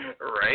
right